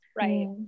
Right